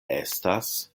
estas